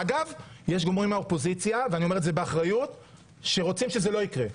ויש גורמים באופוזיציה ואני אומר את זה באחריות - שרוצים שזה לא יקרה.